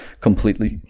completely